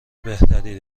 بهتری